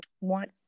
want